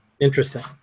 Interesting